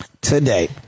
today